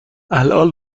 الان